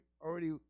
already